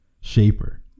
shaper